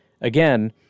again